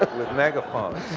with mega phones.